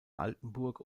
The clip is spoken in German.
altenburg